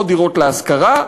או דירות להשכרה,